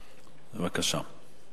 בבקשה.